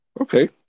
Okay